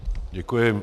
Děkuji.